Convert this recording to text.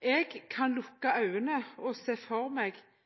Jeg kan